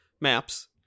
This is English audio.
maps